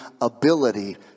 ability